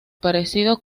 parecido